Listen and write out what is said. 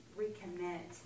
recommit